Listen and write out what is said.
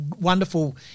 wonderful